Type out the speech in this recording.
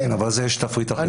כן, אבל לזה יש תפריט אחר.